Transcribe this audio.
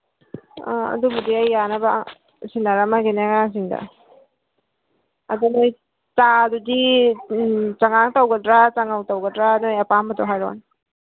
ꯑ ꯑꯗꯨꯕꯨꯗꯤ ꯑꯩ ꯌꯥꯅꯕ ꯁꯤꯟꯅꯔꯝꯃꯒꯦꯅꯦ ꯑꯉꯥꯡꯁꯤꯡꯗ ꯑꯗꯨ ꯅꯈꯣꯏ ꯆꯥꯗꯨꯗꯤ ꯆꯉꯥꯡ ꯇꯧꯒꯗ꯭ꯔꯥ ꯆꯥꯉꯧ ꯇꯧꯒꯗ꯭ꯔꯥ ꯅꯈꯣꯏ ꯑꯄꯥꯝꯕꯗꯣ ꯍꯥꯏꯔꯛꯑꯣꯅꯦ